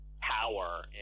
power